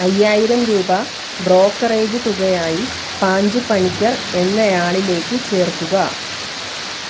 ആയ്യായിരം രൂപ ബ്രോക്കറേജ് തുകയായി പാഞ്ചു പണിക്കർ എന്നയാളിലേക്ക് ചേർക്കുക